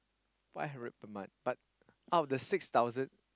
five hundred per month but out of the six thousand